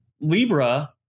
Libra